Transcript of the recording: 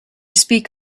speak